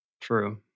True